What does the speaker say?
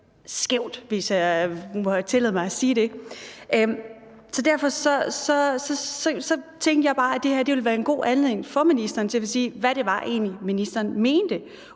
skævt, hvis jeg må tillade mig at sige det. Derfor tænkte jeg bare, at det her ville være en god anledning for ministeren til at sige, hvad det egentlig var, ministeren mente.